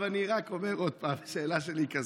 אני אומר עוד פעם, השאלה שלי היא כזאת: